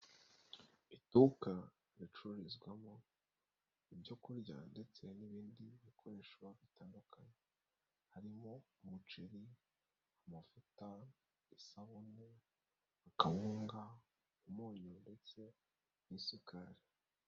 Iduka ricururizwamo ibyo kurya ndetse n'ibindi bikoresho bitandukanye harimo; umuceri, amavuta isabune, akawunga, umunyu ndetse n'isukari.